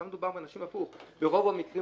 כאן מדובר באנשים שהפוך ברוב המקרים